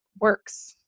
works